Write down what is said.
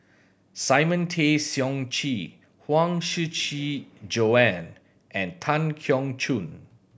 Simon Tay Seong Chee Huang Shiqi Joan and Tan Keong Choon